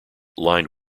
lined